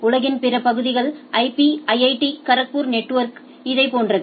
உலகின் பிற பகுதிகளுக்கு ஐபி ஐஐடி காரக்பூர் நெட்வொர்க்இதை போன்றது